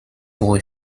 boy